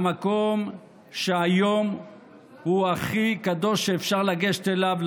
המקום שהיום הוא הכי קדוש לעם היהודי שאפשר לגשת אליו.